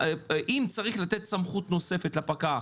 אם צריך לתת סמכות נוספת לפקח